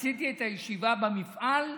עשיתי את הישיבה במפעל,